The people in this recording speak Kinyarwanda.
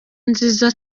nziza